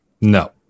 no